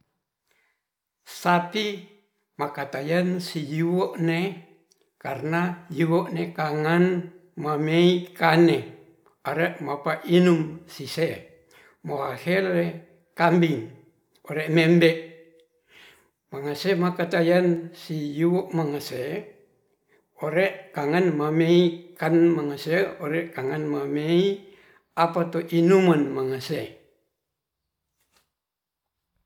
Sati makatayen sihiwe nee karna hiwene kangan mamei kane aree mapa inung siseh moahele kambing ore membe mangase makatayen siyo mangesee ore kangen mamei kan mangase ore kangen mamei apato inumen mangese.